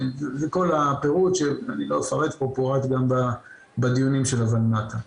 כל הפירוט שאני לא אפרט פה כי הוא פורט בדיונים של הולנת"ע.